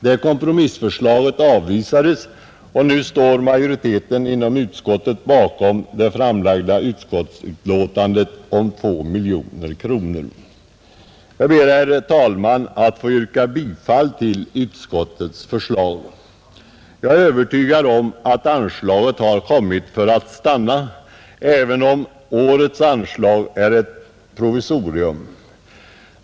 Detta kompromissförslag avvisades, och nu står majoriteten i utskottet bakom det framlagda förslaget om 2 miljoner kronor. Jag ber, herr talman, att få yrka bifall till utskottets förslag. Jag är övertygad om att detta anslag har kommit för att stanna, även om årets anslag är ett provisorium.